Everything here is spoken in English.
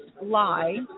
lie